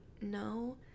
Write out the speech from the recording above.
no